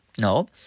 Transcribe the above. No